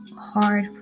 hard